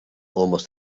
almost